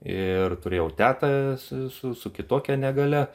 ir turėjau tetą su su su kitokia negalia